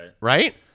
Right